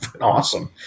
awesome